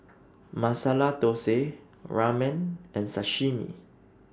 Masala Dosa Ramen and Sashimi